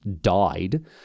died